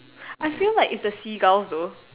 I feel like it's the seagulls though